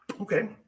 Okay